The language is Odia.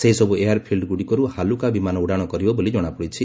ସେହିସବୁ ଏୟାରଫିଲ୍ଡଗୁଡ଼ିକରୁ ହାଲୁକା ବିମାନ ଉଡ଼ାଣ କରିବ ବୋଲି ଜଣାପଡ଼ିଛି